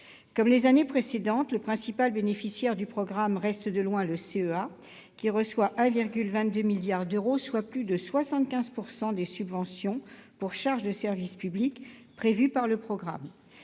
Comme les années précédentes, le principal bénéficiaire du programme reste de loin le CEA, qui reçoit 1,22 milliard d'euros, soit plus de 75 % des subventions pour charges de service public prévues par le programme.